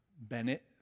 Bennett